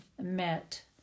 met